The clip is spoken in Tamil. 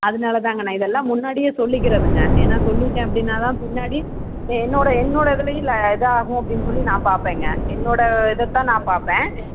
அதனால தாங்க நான் இதெல்லாம் முன்னாடியே சொல்லிக்கிறேனுங்க ஏன்னா சொல்லிவிட்டேன் அப்படின்னா தான் பின்னாடி எ என்னோட என்னோட இதுலையும் ல இதாகும் அப்படின்னு சொல்லி நான் பார்ப்பேங்க என்னோட இதை தான் நான் பார்ப்பேன்